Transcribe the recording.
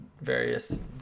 various